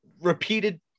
Repeated